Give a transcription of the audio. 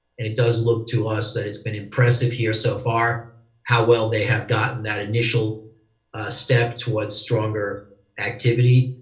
and it does look to us that it's been impressive here so far how well they have gotten that initial step towards stronger activity.